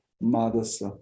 Mother's